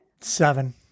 Seven